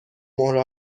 مهره